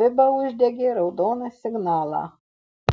fiba uždegė raudoną signalą